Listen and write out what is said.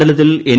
മണ്ഡല്തിൽ N